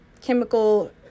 chemical